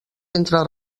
entre